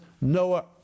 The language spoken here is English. Noah